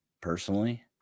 personally